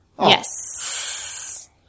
Yes